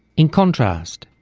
in contrast,